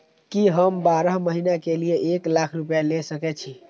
की हम बारह महीना के लिए एक लाख रूपया ले सके छी?